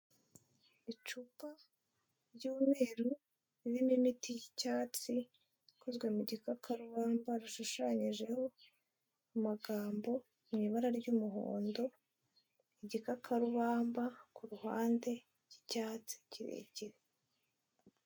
Icupa ry'umweru ririmo imiti y'icyatsi ikozwe mu gikakarubamba, rishushanyijeho amagambo mu ibara ry'umuhondo, igikakarubamba ku ruhande cy'icyatsi kirekire.